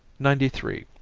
ninety three.